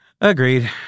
Agreed